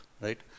right